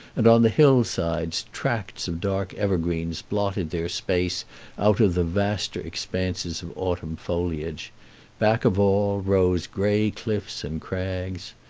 and on the hill-sides tracts of dark evergreens blotted their space out of the vaster expanses of autumn foliage back of all rose gray cliffs and crags.